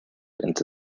into